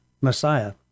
Messiah